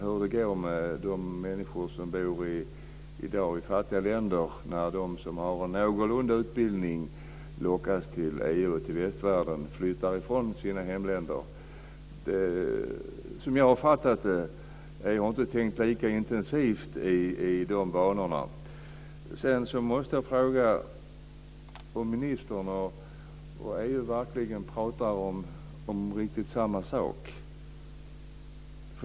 Hur går det med de människor som bor i dag i fattiga länder när de som har någorlunda utbildning lockas till EU och västvärlden flyttar från sina hemländer? Jag har inte tänkt lika intensivt i de banorna. Jag måste fråga om ministern och EU verkligen pratar om samma sak.